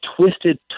twisted